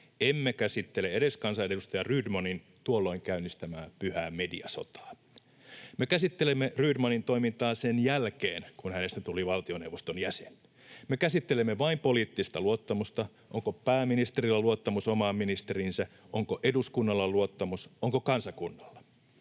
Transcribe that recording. Emme käsittele edes kansanedustaja Rydmanin tuolloin käynnistämää pyhää mediasotaa. Me käsittelemme Rydmanin toimintaa sen jälkeen, kun hänestä tuli valtioneuvoston jäsen. Me käsittelemme vain poliittista luottamusta, onko pääministerillä luottamus omaan ministeriinsä, onko eduskunnalla luottamus, onko kansakunnalla.